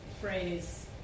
phrase